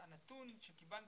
הנתון שקיבלתי,